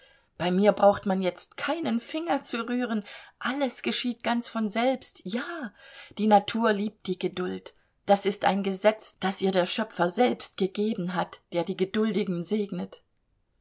bei mir braucht man jetzt keinen finger zu rühren alles geschieht ganz von selbst ja die natur liebt die geduld das ist ein gesetz das ihr der schöpfer selbst gegeben hat der die geduldigen segnet